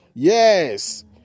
Yes